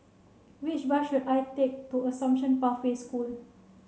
which bus should I take to Assumption Pathway School